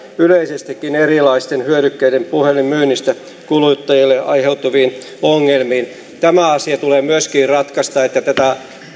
yleisestikin erilaisten hyödykkeiden puhelinmyynnistä kuluttajille aiheutuviin ongelmiin tämä asia tulee myöskin ratkaista niin että tätä